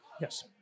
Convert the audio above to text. Yes